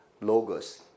Logos